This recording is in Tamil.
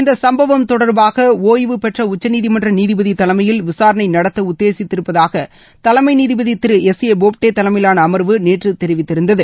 இந்த சம்பவம் தொடர்பாக அமைக்கப்படும் ஒய்வுபெற்ற உச்சநீதிமன்ற நீதிபதி தலைமையில் விசாரணை நடத்த உத்தேசித்திருப்பதாக தலைமை நீதிபதி திரு எஸ் ஏ பாப்டே தலைமையிலான அமர்வு நேற்று தெரிவித்திருந்தது